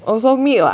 also meat [what]